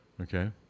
Okay